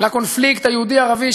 לקונפליקט היהודי ערבי,